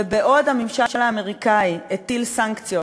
ובעוד הממשל האמריקני הטיל סנקציות